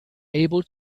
able